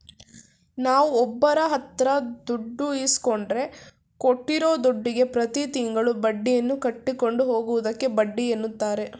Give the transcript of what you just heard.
ನಾವುಒಬ್ಬರಹತ್ರದುಡ್ಡು ಇಸ್ಕೊಂಡ್ರೆ ಕೊಟ್ಟಿರೂದುಡ್ಡುಗೆ ಪ್ರತಿತಿಂಗಳು ಬಡ್ಡಿಯನ್ನುಕಟ್ಟಿಕೊಂಡು ಹೋಗುವುದಕ್ಕೆ ಬಡ್ಡಿಎನ್ನುತಾರೆ